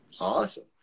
Awesome